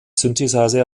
synthesizer